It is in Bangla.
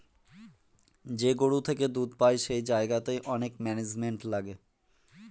যে গরু থেকে দুধ পাই সেই জায়গাতে অনেক ম্যানেজমেন্ট লাগে